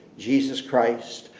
jesus christ.